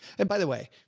and by the way,